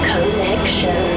Connection